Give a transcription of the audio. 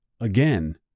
Again